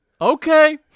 okay